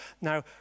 Now